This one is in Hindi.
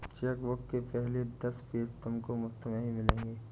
चेकबुक के पहले दस पेज तुमको मुफ़्त में ही मिलेंगे